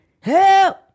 Help